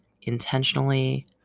intentionally